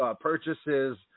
purchases